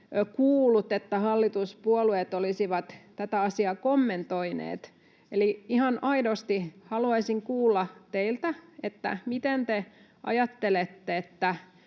kuullut, että hallituspuolueet olisivat tätä asiaa kommentoineet. Eli ihan aidosti haluaisin kuulla teiltä, miten te ajattelette, että